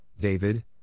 David